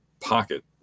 pocket